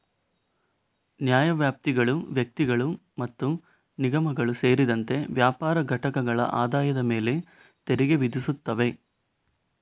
ನ್ಯಾಯವ್ಯಾಪ್ತಿಗಳು ವ್ಯಕ್ತಿಗಳು ಮತ್ತು ನಿಗಮಗಳು ಸೇರಿದಂತೆ ವ್ಯಾಪಾರ ಘಟಕಗಳ ಆದಾಯದ ಮೇಲೆ ತೆರಿಗೆ ವಿಧಿಸುತ್ತವೆ